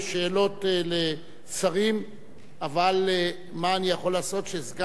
בשאלות לשרים, אבל מה אני יכול לעשות שסגן שר